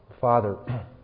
Father